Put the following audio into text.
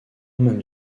même